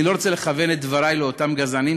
אני לא רוצה לכוון את דברי לאותם גזענים,